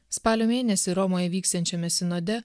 spalio mėnesį romoje vyksiančiame sinode